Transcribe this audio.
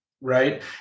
right